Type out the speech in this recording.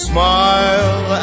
Smile